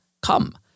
come